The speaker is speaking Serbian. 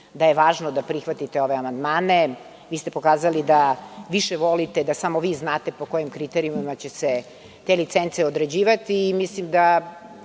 da je važno da prihvatite ove amandmane. Vi ste pokazali da više volite da samo vi znate po kojim kriterijumima će se te licence određivati i mislim da